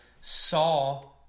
saw